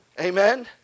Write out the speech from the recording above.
Amen